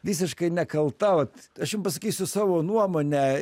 visiškai nekalta vat aš jum pasakysiu savo nuomonę